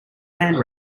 hand